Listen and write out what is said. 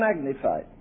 magnified